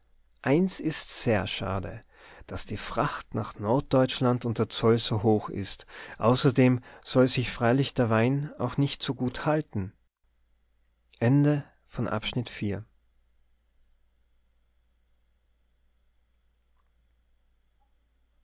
eins ist sehr schade daß die fracht nach norddeutschland und der zoll so hoch ist außerdem soll sich freilich der wein auch nicht so gut halten